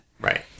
Right